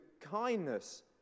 kindness